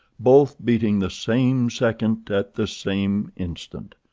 both beating the same second at the same instant.